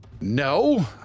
No